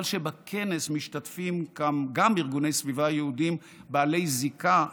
שבכנס משתתפים גם ארגוני סביבה יהודיים בעלי זיקה לציונות,